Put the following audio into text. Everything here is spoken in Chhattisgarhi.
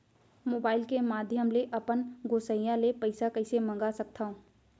मोबाइल के माधयम ले अपन गोसैय्या ले पइसा कइसे मंगा सकथव?